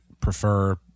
prefer